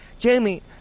Jamie